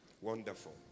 Wonderful